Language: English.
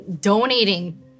donating